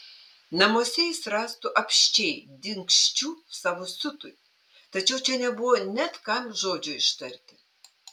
namuose jis rastų apsčiai dingsčių savo siutui tačiau čia nebuvo net kam žodžio ištarti